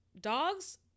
Dogs